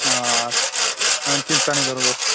आं चिंता निं करो तुस